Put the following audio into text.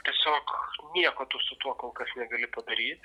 tiesiog nieko tu su tuo kol kas negali padaryt